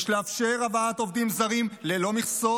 יש לאפשר הבאת עובדים זרים ללא מכסות,